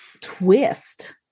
twist